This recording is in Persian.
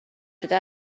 شده